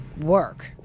work